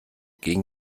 gegen